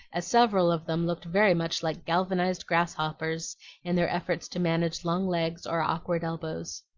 as several of them looked very much like galvanized grasshoppers in their efforts to manage long legs or awkward elbows.